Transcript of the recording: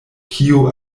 kio